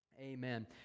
Amen